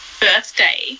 birthday